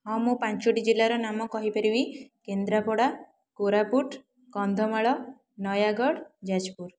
ହଁ ମୁଁ ପାଞ୍ଚଟି ଜିଲ୍ଲାର ନାମ କହିପାରିବି କେନ୍ଦ୍ରାପଡ଼ା କୋରାପୁଟ କନ୍ଧମାଳ ନୟାଗଡ଼ ଜାଜପୁର